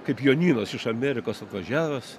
kaip jonynas iš amerikos atvažiavęs